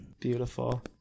Beautiful